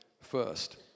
first